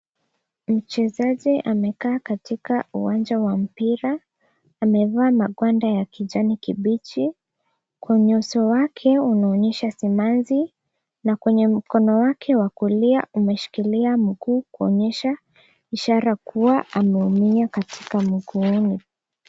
Mchezaji amekaa katika uwanja wa mpira, amevaa magwanda ya kijani kibichi, kwenye uso wake unaonyesha simanzi , na kwenye mkono wake wa kulia umeshikilia mguu kuonyesha ishara kuwa ameumia katika mguuni.